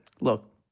Look